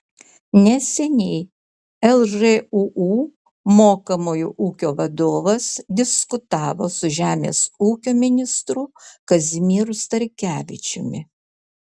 neseniai lžūu mokomojo ūkio vadovas diskutavo su žemės ūkio ministru kazimieru starkevičiumi